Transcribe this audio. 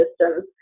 systems